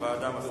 ועדה, מסכים.